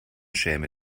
schäme